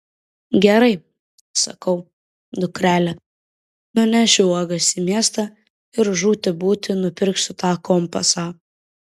gerai sakau dukrele nunešiu uogas į miestą ir žūti būti nupirksiu tą kompasą